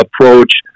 approach